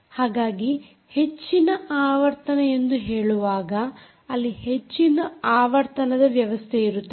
ಹಾಗಾಗಿ ಹೆಚ್ಚಿನ ಆವರ್ತನ ಎಂದು ಹೇಳುವಾಗ ಅಲ್ಲಿ ಹೆಚ್ಚಿನ ಆವರ್ತನದ ವ್ಯವಸ್ಥೆಯಿರುತ್ತದೆ